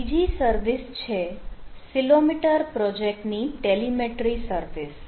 બીજી સર્વિસ છે ceilometer project ની ટેલીમેટ્રિ સર્વિસ